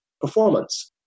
performance